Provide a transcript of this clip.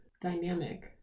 dynamic